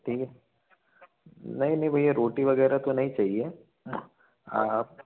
ठीक है नहीं नहीं भैया रोटी वगैरह तो नहीं चाहिए